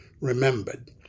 remembered